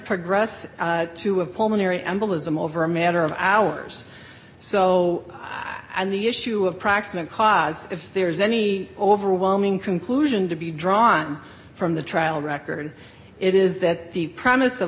progress to a pulmonary embolism over a matter of hours so and the issue of proximate cause if there is any overwhelming conclusion to be drawn from the trial record it is that the promise of